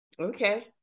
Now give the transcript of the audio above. Okay